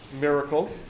miracle